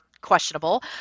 questionable